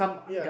ya